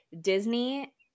Disney